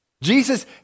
Jesus